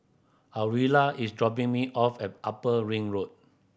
Aurilla is dropping me off at Upper Ring Road